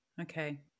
Okay